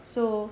so